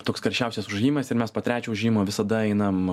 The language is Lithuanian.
toks karščiausias užėjimas ir mes po trečio užėjimo visada einam